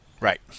Right